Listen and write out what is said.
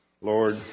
Lord